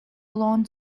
long